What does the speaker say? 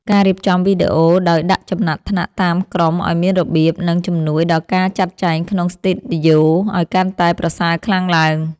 ការរៀបចំវីដេអូដោយដាក់ចំណាត់ថ្នាក់តាមក្រុមឱ្យមានរបៀប និង ជំនួយដល់ការចាត់ចែងក្នុងស្ទូឌីយ៉ូឱ្យកាន់តែប្រសើរខ្លាំងឡើង។